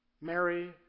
Mary